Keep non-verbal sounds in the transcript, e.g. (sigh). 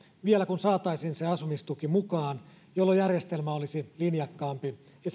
vielä kun saataisiin asumistuki mukaan jolloin järjestelmä olisi linjakkaampi ja (unintelligible)